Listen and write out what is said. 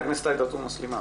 חברת הכנסת עאידה תומא סלימאן,